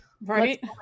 Right